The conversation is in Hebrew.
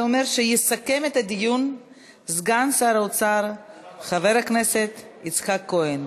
זה אומר שיסכם את הדיון סגן שר האוצר חבר הכנסת יצחק כהן.